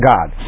God